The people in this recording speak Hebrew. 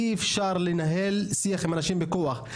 אי אפשר לנהל שיח עם אנשים בכוח.